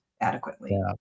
adequately